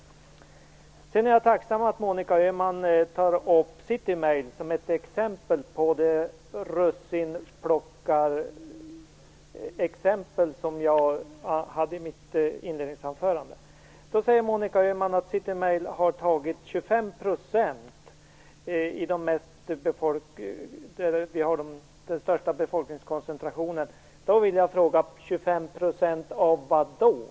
Sedan är jag tacksam att Monica Öhman tar upp City Mail som ett exempel på att man plockar russinen ur kakan, som jag talade om i mitt inledningsanförande. Monica Öhman säger att City Mail har tagit 25 % där den största befolkningskoncentrationen finns. Då vill jag fråga: 25 % av vad?